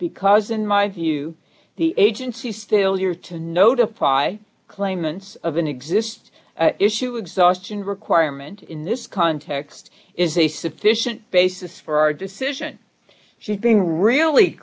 because in my view the agency still used to notify claimants of an exist issue exhaustion requirement in this context is a sufficient basis for our decision she's being really